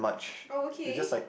oh okay